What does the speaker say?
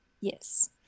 yes